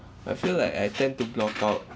I feel like I tend to block out